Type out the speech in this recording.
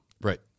Right